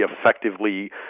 effectively